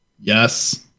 Yes